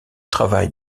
travail